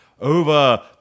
Over